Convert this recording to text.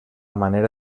manera